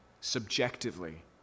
subjectively